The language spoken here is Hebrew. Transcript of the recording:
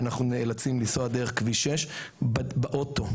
אנחנו נאלצים לנסוע דרך כביש 6. באוטו,